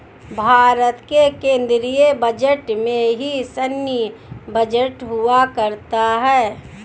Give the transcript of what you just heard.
भारत के केन्द्रीय बजट में ही सैन्य बजट हुआ करता है